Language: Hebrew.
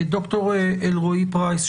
ד"ר אלרעי-פרייס,